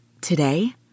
today